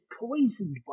poisoned